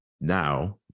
now